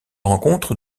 rencontre